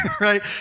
right